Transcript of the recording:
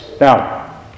Now